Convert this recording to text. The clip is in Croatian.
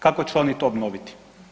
Kako će oni to obnoviti?